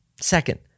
second